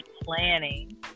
planning